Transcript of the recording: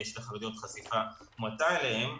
ענפים שיש לנשים חרדיות חשיפה מועטה אליהם.